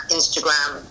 Instagram